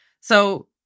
So-